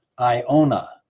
Iona